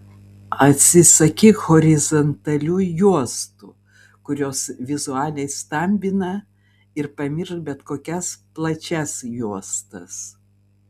atsisakyk horizontalių juostų kurios vizualiai stambina ir pamiršk bet kokias plačias juostas